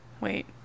Wait